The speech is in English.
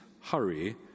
hurry